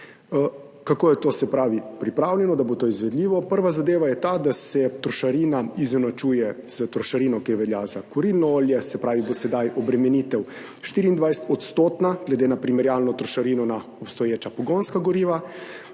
Kako je to pripravljeno, da bo to izvedljivo? Prva zadeva je ta, da se trošarina izenačuje s trošarino, ki velja za kurilno olje. Se pravi, da bo sedaj obremenitev 24 % glede na primerjalno trošarino na obstoječa pogonska goriva.